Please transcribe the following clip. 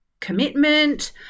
Commitment